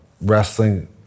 wrestling